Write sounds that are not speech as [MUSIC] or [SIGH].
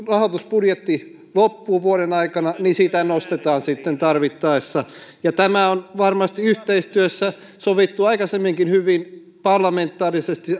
rahoitusbudjetti loppuu vuoden aikana niin sitä nostetaan sitten tarvittaessa tämä on varmasti yhteistyössä sovittu aikaisemminkin hyvin parlamentaarisesti [UNINTELLIGIBLE]